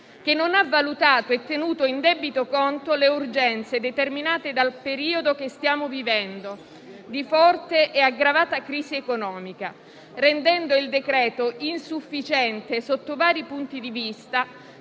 che non ha valutato e tenuto in debito conto le urgenze determinate dal periodo che stiamo vivendo di forte e aggravata crisi economica, rendendo il decreto-legge insufficiente sotto vari punti di vista,